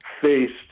faced